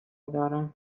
دارم